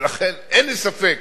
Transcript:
ולכן אין לי ספק